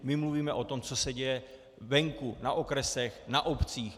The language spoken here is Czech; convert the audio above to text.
My mluvíme o tom, co se děje venku, na okresech, na obcích.